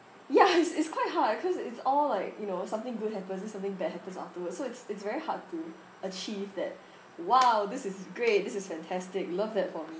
ya it's it's quite hard cause it's all like you know something good happens then something bad happens afterwards so it's it's very hard to achieve that !wow! this is great this is fantastic love that for me